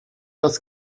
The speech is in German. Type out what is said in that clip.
das